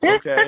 okay